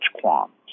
qualms